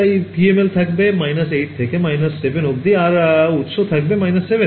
তাই PML থাকবে 8 থেকে 7 অবধি আর উৎস থাকবে 7এ